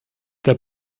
der